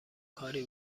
کاری